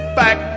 back